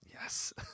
Yes